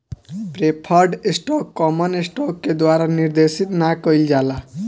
preferred stock common stock के द्वारा निर्देशित ना कइल जाला